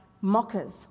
mockers